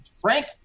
Frank